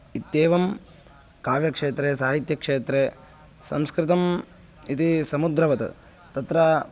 इत्येवं काव्यक्षेत्रे साहित्यक्षेत्रे संस्कृतम् इति समुद्रवत् तत्र